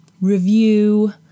review